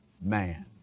man